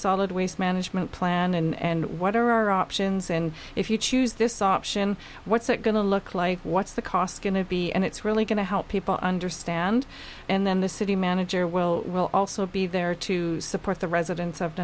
solid waste management plan and what are our options and if you choose this option what's it going to look like what's the cost going to be and it's really going to help people understand and then the city manager will also be there to support the residents of